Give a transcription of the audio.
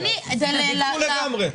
פתרו לגמרי.